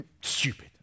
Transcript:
stupid